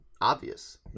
obvious